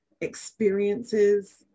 experiences